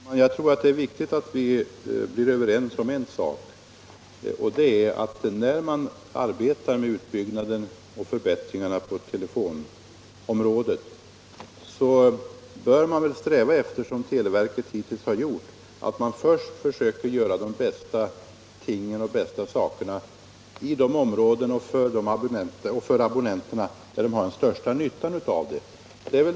Herr talman! Jag tror att det är viktigt att vi blir överens om en sak: När man arbetar med utbyggnaden och förbättringarna på telefonområdet, så bör man sträva efter, som televerket hittills har gjort, att först göra de bästa sakerna för abonnenterna där de har den största nyttan av dem.